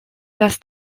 dass